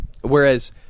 Whereas